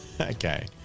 Okay